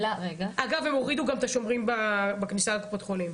אגב הם הורידו את השומרים בכניסה לקופות החולים.